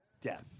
death